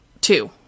Two